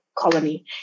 colony